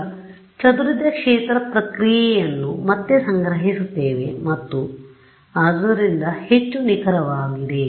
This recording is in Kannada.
ಈಗ ಚದುರಿದ ಕ್ಷೇತ್ರ ಪ್ರಕ್ರಿಯೆಯನ್ನು ಮತ್ತೆ ಸಂಗ್ರಹಿಸುತ್ತೇವೆ ಮತ್ತು ಆದ್ದರಿಂದ ಹೆಚ್ಚು ನಿಖರವಾಗಿದಿದೆ